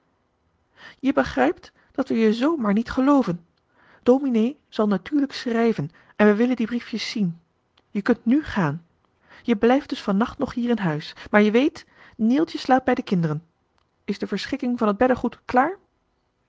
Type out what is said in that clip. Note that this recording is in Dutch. je begrijpt dat we je z maar niet gelooven dominee zal natuurlijk schrijven en we willen die briefjes zien je kunt nu gaan je blijft dus vannacht nog hier in huis maar je weet neeltje slaapt bij de kinderen is de verschikking van het beddegoed klaar